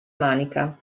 manica